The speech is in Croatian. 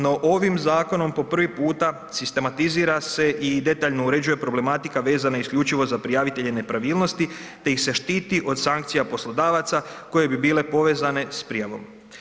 No, ovim zakonom po prvi puta sistematizira se i detaljno uređuje problematika vezana isključivo za prijavitelje nepravilnosti, te ih se štiti od sankcija poslodavaca koje bi bile povezane s prijavom.